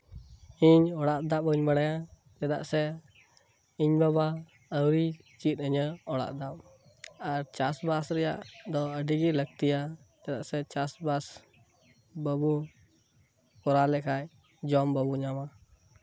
ᱤᱧ ᱚᱲᱟᱜ ᱫᱟᱵ ᱵᱟᱹᱧ ᱵᱟᱲᱟᱭᱟ ᱪᱮᱫᱟᱜ ᱥᱮ ᱤᱧ ᱵᱟᱵᱟ ᱟᱹᱣᱨᱤᱭ ᱪᱮᱫ ᱟᱹᱧᱟᱹ ᱚᱲᱟᱜ ᱫᱟᱵ ᱟᱨ ᱪᱟᱥᱵᱟᱥ ᱨᱮᱭᱟᱜ ᱫᱚ ᱟᱹᱰᱤ ᱜᱮ ᱞᱟᱹᱠᱛᱤᱭᱟ ᱪᱮᱫᱟᱜ ᱥᱮ ᱪᱟᱥᱵᱟᱥ ᱵᱟᱵᱚ ᱠᱚᱨᱟᱣ ᱞᱮᱠᱷᱟᱡ ᱡᱚᱢ ᱵᱟᱵᱚ ᱧᱟᱢᱟ